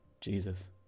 Jesus